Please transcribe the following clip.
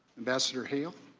ambassador hale?